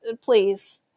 please